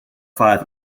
five